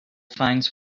finds